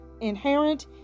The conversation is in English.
inherent